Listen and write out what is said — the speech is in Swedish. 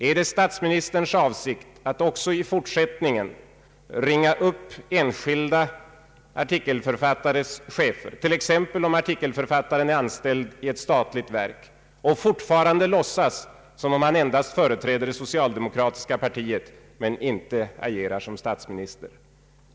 Är det statsministerns avsikt att också i fortsätt ningen ringa upp enskilda artikelförfattares chefer, t.ex. om artikelförfattaren är anställd i ett statligt verk, och fortfarande låtsas som om han endast företräder det socialdemokratiska partiet men inte agerar som statsminister?